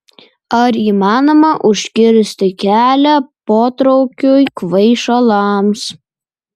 ar įmanoma užkirsti kelią potraukiui kvaišalams